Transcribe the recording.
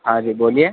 ہاں جی بولیے